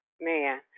man